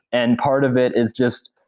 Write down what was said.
and part of it is just